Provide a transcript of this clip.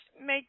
make